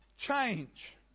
change